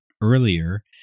earlier